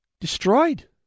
destroyed